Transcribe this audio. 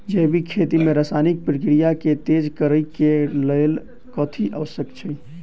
जैविक खेती मे रासायनिक प्रक्रिया केँ तेज करै केँ कऽ लेल कथी आवश्यक छै?